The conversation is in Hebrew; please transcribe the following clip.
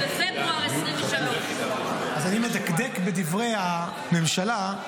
בפברואר 2023. אז אני מדקדק בדברי הממשלה,